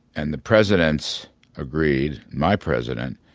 and the presidents agreed, my president,